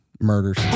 murders